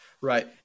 right